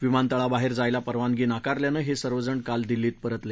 विमानतळाबाहेर जायला परवानगी नाकारल्यानं हे सर्वजण काल दिल्लीला परतले